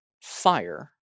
fire